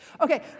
Okay